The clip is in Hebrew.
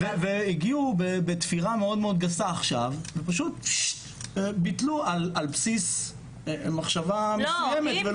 והגיעו בתפירה מאוד גסה עכשיו ופשוט ביטלו על בסיס מחשבה מסוימת.